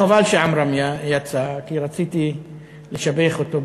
חבל שעמרם יצא כי רציתי לשבח אותו,